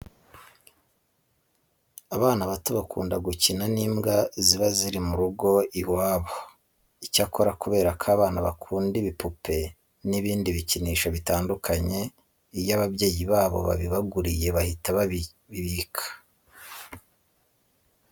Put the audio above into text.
Abana bato bakunda gukina n'imbwa ziba ziri mu rugo iwabo. Icyakora kubera ko abana bakunda ibipupe n'ibindi bikinisho bitandukanye, iyo ababyeyi babo babibaguriye bahita babibika, igihe baba bashaka gukina bakabifata bakajya gukinana n'iyo mbwa yabo.